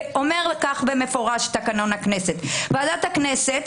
ואומר כך במפורש תקנון הכנסת: ועדת הכנסת